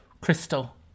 Crystal